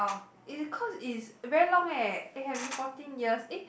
it cause it's very long eh it have been fourteen years eh